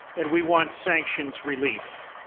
and we want sanctions relief.